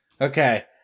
Okay